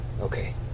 Okay